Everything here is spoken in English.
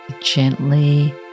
gently